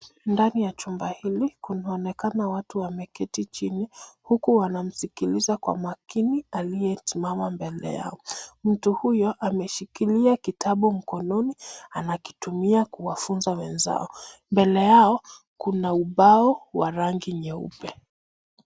Ndani ya jumba hili kunaonekana watu wameketi chini huku wanamsikiliza kwa makini aliyesimama mbele yao. Mtu huyo ameshikilia kitabu mkononi anakitumia kuwafunza wenzao. Mbele yao kuna ubao wa rangi nyeupe.